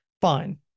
fine